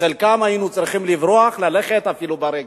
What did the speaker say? אז חלקנו היינו צריכים לברוח, ללכת אפילו ברגל.